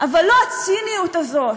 אבל לא הציניות הזאת,